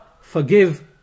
forgive